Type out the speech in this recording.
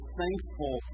thankful